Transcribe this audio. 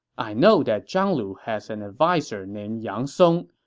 i know that zhang lu has an adviser named yang song.